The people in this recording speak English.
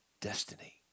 destiny